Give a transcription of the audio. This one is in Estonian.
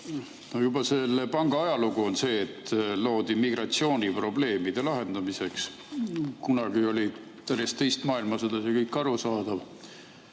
Juba selle panga ajalugu on see, et see loodi migratsiooniprobleemide lahendamiseks. Kunagi, pärast Teist maailmasõda oli kõik arusaadav.